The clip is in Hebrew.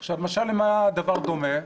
עכשיו, משל למה הדבר דומה?